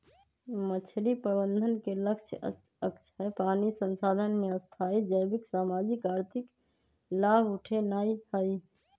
मछरी प्रबंधन के लक्ष्य अक्षय पानी संसाधन से स्थाई जैविक, सामाजिक, आर्थिक लाभ उठेनाइ हइ